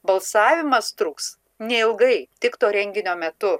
balsavimas truks neilgai tik to renginio metu